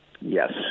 yes